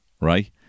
right